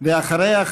ואחריה,